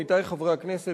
עמיתי חברי הכנסת,